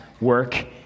work